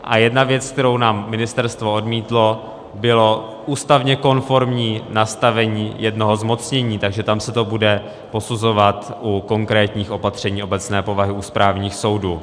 A jedna věc, kterou nám ministerstvo odmítlo, bylo ústavně konformní nastavení jednoho zmocnění, takže tam se to bude posuzovat u konkrétních opatření obecné povahy u správních soudů.